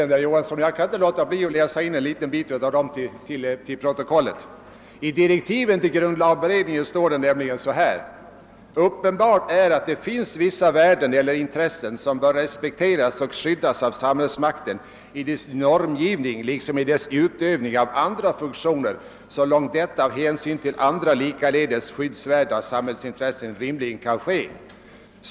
Jag kan inte heller låta bli att till protokollet läsa in en passus ur grundlagberedningens direktiv: » Uppenbart är, att det finns vissa värden eller intressen, som bör respekteras och skyddas av samhällsmakten i dess normgivning liksom i dess utövning av andra funktioner, så långt detta av hänsyn till andra likaledes skyddsvärda samhällsintressen rimligen kan ske.